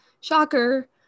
shocker